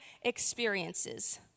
experiences